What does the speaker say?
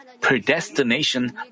predestination